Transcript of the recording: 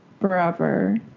forever